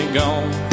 gone